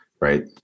right